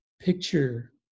picture